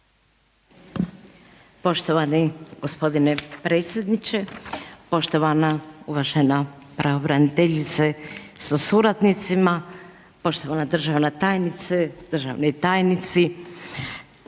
Poštovani g. predsjedniče, poštovana uvažen pravobraniteljice sa suradnicima, poštovana državna tajnice, državni tajnici.